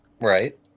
Right